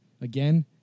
Again